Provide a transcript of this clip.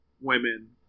women